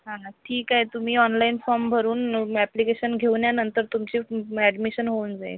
हां ना ठीक आहे तुम्ही ऑनलाईन फॉर्म भरून मॅप्लिकेशन घेऊन या नंतर तुमची मॅडमिशन होऊन जाईल